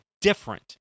different